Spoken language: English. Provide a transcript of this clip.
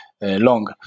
long